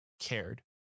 cared